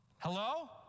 Hello